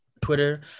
Twitter